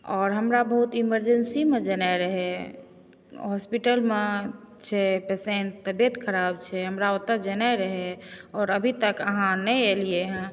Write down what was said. आओर हमरा बहुत इमरजेन्सीमे जनाइ रहै हॉस्पिटलमे छै एकटा पेसेन्ट तबियत खराब छै हमरा ओतऽ जानाइ रहै आओर अभी तक अहन नहि एलियै हँ